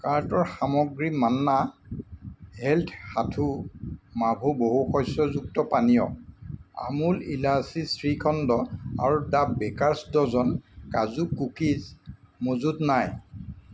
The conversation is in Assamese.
কাৰ্টৰ সামগ্ৰী মান্না হেলথ্ সাথু মাভু বহুশস্যযুক্ত পানীয় আমুল ইলাচি শ্ৰীখণ্ড আৰু the baker's dozen kaju cookies মজুত নাই